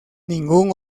ningún